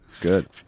Good